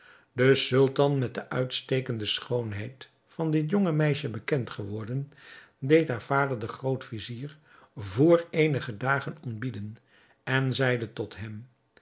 de sultan met de uitstekende schoonheid van dit jonge meisje bekend geworden deed haar vader den groot-vizier vr eenige dagen ontbieden en zeide tot hem